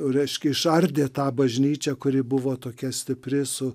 reiškia išardė tą bažnyčią kuri buvo tokia stipri su